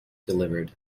delivered